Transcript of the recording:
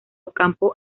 ocampo